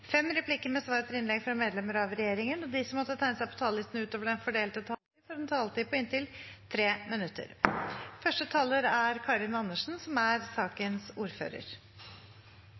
fem replikker med svar etter innlegg fra medlemmer av regjeringen, og de som måtte tegne seg på talerlisten utover den fordelte taletid, får en taletid på inntil 3 minutter.